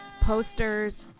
posters